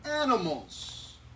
animals